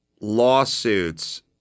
lawsuits